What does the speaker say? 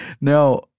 Now